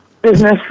business